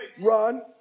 Run